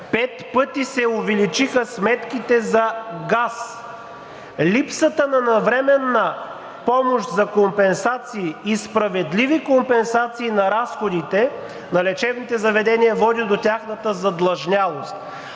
пет пъти се увеличиха сметките за газ, липсата на навременна помощ за компенсации и справедливи компенсации на разходите на лечебните заведения води до тяхната задлъжнялост.